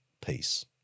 peace